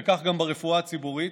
וכך גם ברפואה הציבורית.